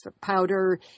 powder